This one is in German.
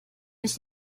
nicht